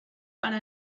para